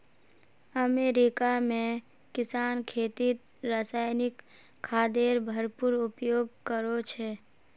America में किसान खेतीत रासायनिक खादेर भरपूर उपयोग करो छे